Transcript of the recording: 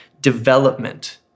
development